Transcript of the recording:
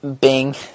Bing